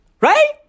Right